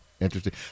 interesting